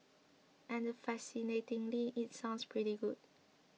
and fascinatingly it sounds pretty good